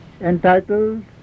entitled